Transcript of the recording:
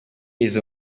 izo